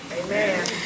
Amen